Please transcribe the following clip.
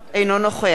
אינו נוכח